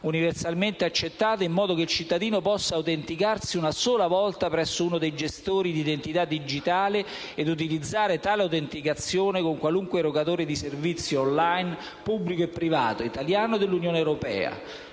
universalmente accettato in modo che il cittadino possa autenticarsi una sola volta presso uno dei gestori di identità digitale ed utilizzare tale autenticazione con qualunque erogatore di servizi *on line*, pubblico e privato, italiano e dell'Unione europea.